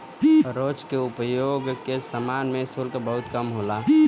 रोज के उपयोग के समान पे शुल्क बहुत कम होला